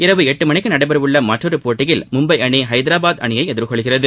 இரவு எட்டு மணிக்கு நடைபெறவுள்ள மற்றொரு போட்டியில் மும்பை அணி ஐதராபாத் அணியை எதிர் கொள்கிறது